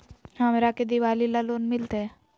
हमरा के दिवाली ला लोन मिलते?